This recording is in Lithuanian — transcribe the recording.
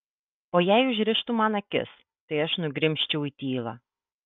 o jei užrištų man akis tai aš nugrimzčiau į tylą